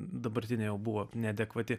dabartinė jau buvo neadekvati